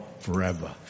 forever